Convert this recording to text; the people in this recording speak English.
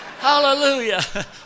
Hallelujah